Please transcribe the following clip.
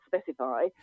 specify